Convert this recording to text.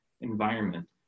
environment